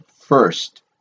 first